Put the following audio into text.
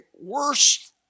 worse